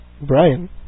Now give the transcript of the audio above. Brian